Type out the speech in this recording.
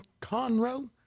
Conroe